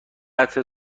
قطع